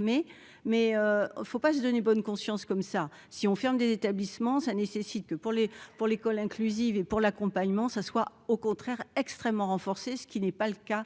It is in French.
mais il ne faut pas se donner bonne conscience, comme ça, si on ferme des établissements ça nécessite que pour les pour l'école inclusive et pour l'accompagnement ça soit au contraire extrêmement renforcée, ce qui n'est pas le cas